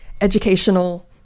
educational